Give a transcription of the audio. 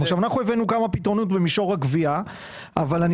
אנחנו הבאנו כמה פתרונות במישור הגבייה אבל אני